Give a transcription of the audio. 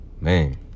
man